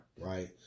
Right